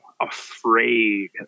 afraid